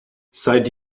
seit